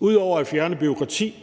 Ud over at fjerne bureaukrati